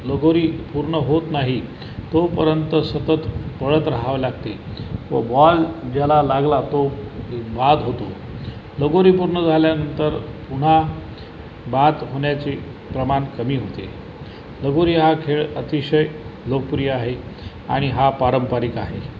लगोरी पूर्ण होत नाही तोपर्यंत सतत पळत राहावे लागते व बॉल ज्याला लागला तो बाद होतो लगोरी पूर्ण झाल्यानंतर पुन्हा बाद होण्याचे प्रमाण कमी होते लगोरी हा खेळ अतिशय लोकप्रिय आहे आणि हा पारंपरिक आहे